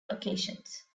occasions